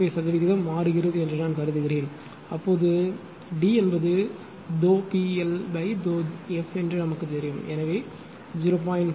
5 சதவிகிதம் மாறுகிறது என்று நான் கருதுகிறேன் அப்போது டி என்பது ∂P L∂F என்று நமக்கு தெரியும் எனவே 0